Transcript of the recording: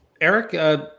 Eric